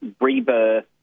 rebirth